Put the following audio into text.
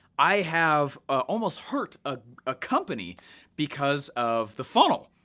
i have almost hurt a ah company because of the funnel.